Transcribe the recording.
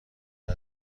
دور